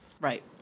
Right